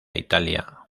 italia